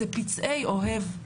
זה פצעי אוהב,